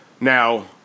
Now